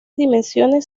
dimensiones